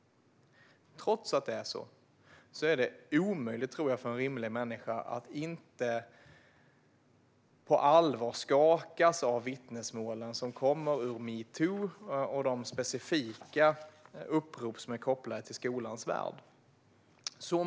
Trots att det har varit känt tror jag att det är omöjligt för en rimlig människa att inte skakas på allvar av vittnesmålen som kommer ur metoo och de specifika upprop som är kopplade till skolans värld.